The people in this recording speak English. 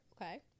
Okay